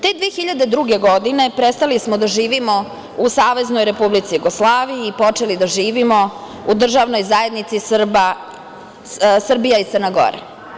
Te 2002. godine prestali smo da živimo u Saveznoj Republici Jugoslaviji i počeli da živimo u Državnoj zajednici Srbija i Crna Gora.